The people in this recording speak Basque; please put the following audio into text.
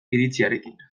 iritziarekin